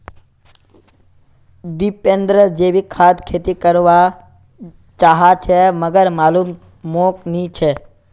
दीपेंद्र जैविक खाद खेती कर वा चहाचे मगर मालूम मोक नी छे